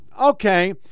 okay